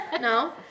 No